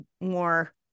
more